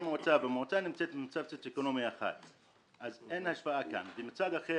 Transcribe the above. המועצה נמצאת במצב סוציו אקונומי 1. מהצד השני